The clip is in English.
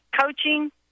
Coaching